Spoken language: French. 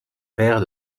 père